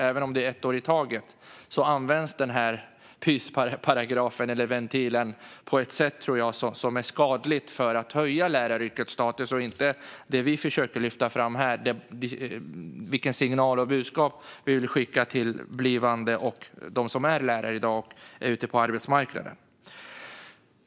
Även om det görs ett år i taget används denna pysparagraf, ventilen, på ett sätt som, tror jag, är skadligt om man vill höja läraryrkets status, och det går emot den signal och det budskap som vi här vill skicka till blivande och nuvarande lärare ute på arbetsmarknaden. Fru talman!